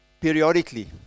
periodically